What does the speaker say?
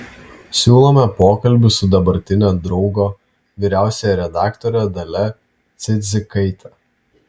siūlome pokalbį su dabartine draugo vyriausiąja redaktore dalia cidzikaite